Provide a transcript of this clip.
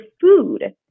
food